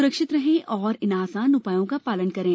सुरक्षित रहें और इन आसान उपायों का पालन करें